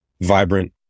Vibrant